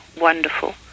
wonderful